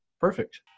perfect